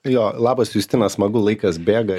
jo labas justina smagu laikas bėga